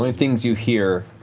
like things you hear,